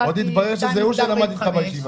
עוד יתברר שזה הוא שלמד איתך בישיבה.